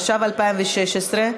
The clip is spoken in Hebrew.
התשע"ה 2015,